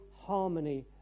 harmony